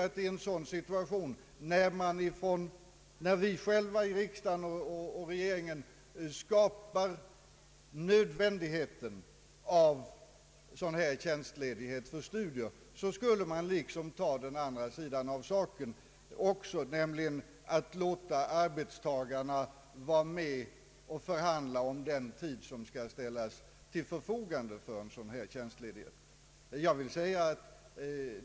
När vi i riksdagen och man inom regeringen skapar nödvändigheten av en sådan här tjänstledighet för studier anser jag också att den andra sidan av saken skall beaktas, nämligen att låta arbetstagarna själva vara med och förhandla om den tid som skall ställas till förfogande för en sådan här tjänstledighet.